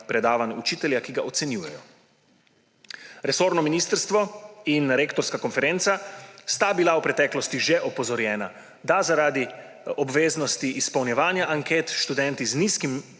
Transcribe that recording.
predavanj učitelja, ki ga ocenjujejo. Resorno ministrstvo in Rektorska konferenca sta bila v preteklosti že opozorjena, da zaradi obveznosti izpolnjevanja anket študenti z nizkimi